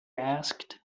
asked